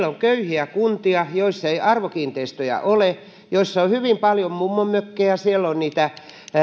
on köyhiä kuntia joissa ei arvokiinteistöjä ole joissa on hyvin paljon mummonmökkejä ja